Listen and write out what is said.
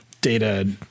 data